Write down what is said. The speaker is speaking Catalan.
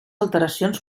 alteracions